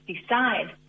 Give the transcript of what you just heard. decide